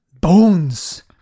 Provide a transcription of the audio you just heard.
bones